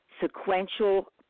sequential